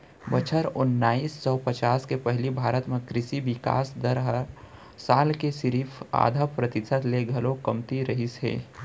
बछर ओनाइस सौ पचास के पहिली भारत म कृसि बिकास दर हर साल के सिरिफ आधा परतिसत ले घलौ कमती रहिस हे